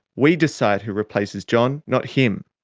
we decide who replaces john, not him.